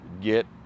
get